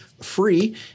free